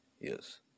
yes